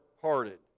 hearted